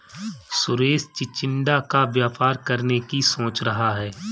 सुरेश चिचिण्डा का व्यापार करने की सोच रहा है